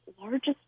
largest